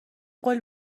قول